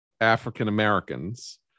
African-Americans